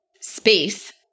space